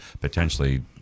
potentially